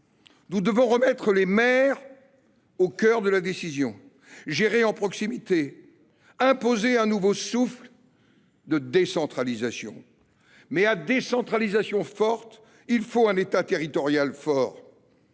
Nous devons replacer les maires au cœur de la décision, gérer en proximité et imposer un nouveau souffle de décentralisation. Mais à une décentralisation forte, il faut un État territorial fort.